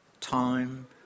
time